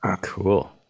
Cool